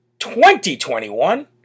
2021